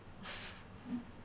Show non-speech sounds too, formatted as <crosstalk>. <laughs>